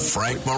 Frank